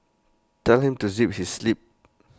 tell him to zip his lip